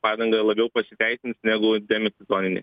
padanga labiau pasiteisins negu demisezoninė